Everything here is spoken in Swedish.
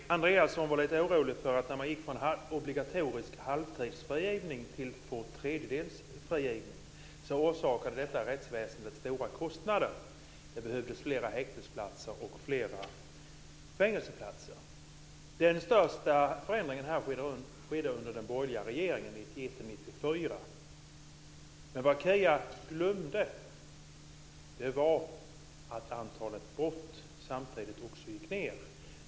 Fru talman! Kia Andreasson var lite orolig för att när man gick från obligatorisk halvtidsfrigivning till tvåtredjedelsfrigivning orsakade detta rättsväsendet stora kostnader. Det behövdes fler häktesplatser och fler fängelseplatser. Den största förändringen här skedde under den borgerliga regeringen 1991-1994. Men Kia Andreasson glömde att antalet brott samtidigt gick ned.